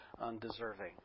undeserving